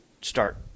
start